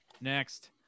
Next